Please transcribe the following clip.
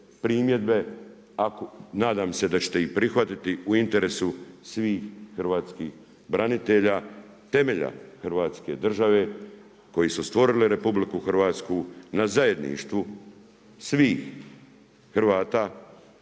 primjedbe ako, nadam se da ćete ih prihvatiti u interesu svih hrvatskih branitelja temelja Hrvatske države koji su stvorili RH, na zajedništvu svih Hrvata